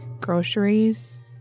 groceries